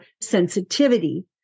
sensitivity